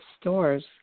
stores